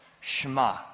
Shema